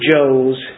Joes